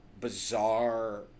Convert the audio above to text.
bizarre